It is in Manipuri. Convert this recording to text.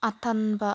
ꯑꯇꯟꯕ